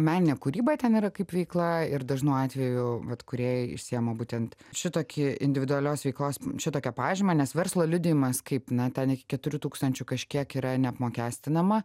meninė kūryba ten yra kaip veikla ir dažnu atveju vat kūrėjai išsiima būtent šitokį individualios veiklos šitokią pažymą nes verslo liudijimas kaip na ten iki keturių tūkstančių kažkiek yra neapmokestinama